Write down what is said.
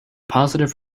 positive